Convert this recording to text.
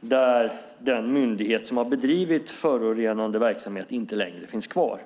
där den myndighet som har bedrivit förorenande verksamhet inte längre finns kvar.